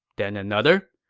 then another,